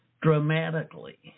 dramatically